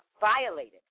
violated